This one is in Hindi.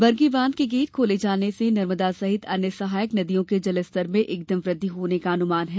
बरगी बांध के गेट खोले जाने से नर्मदा सहित अन्य सहायक नदियों के जलस्तर में एकदम वृद्धि होने का अनुमान है